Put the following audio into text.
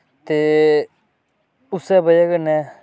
ते उस्सै वजह् कन्नै